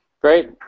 great